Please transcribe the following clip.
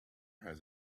had